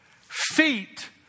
Feet